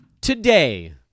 today